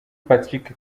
patrick